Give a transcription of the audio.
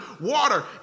water